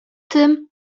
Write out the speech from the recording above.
tym